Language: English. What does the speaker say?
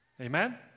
Amen